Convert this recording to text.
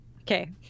okay